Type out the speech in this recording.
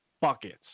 buckets